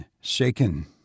shaken